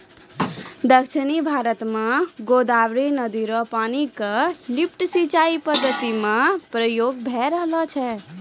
दक्षिण भारत म गोदावरी नदी र पानी क लिफ्ट सिंचाई पद्धति म प्रयोग भय रहलो छै